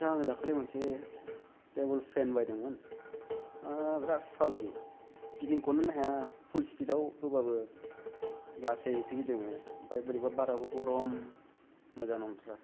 आटसा आं दाखालि मोनसे टेबुल पेन बायदों मोन बिराथ फालतु गिदिंखनोनो हाया पुल स्पिद आव होबाबो लासैसो गिदिङो ओमफाय बोरैबा बाराबो गरम मोजां नंथ्रा